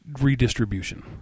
redistribution